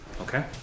Okay